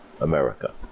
America